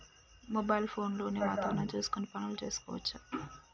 Mobile phone లో వాతావరణం చూసుకొని పనులు చేసుకోవచ్చా?